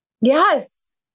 Yes